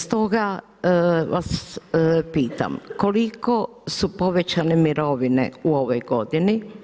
Stoga vas pitam, koliko su povećane mirovine u ovoj godini?